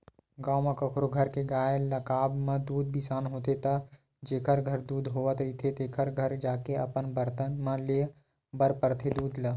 गाँव म कखरो घर के गाय लागब म दूद बिसाना होथे त जेखर घर दूद होवत रहिथे तेखर घर जाके अपन बरतन म लेय बर परथे दूद ल